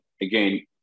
again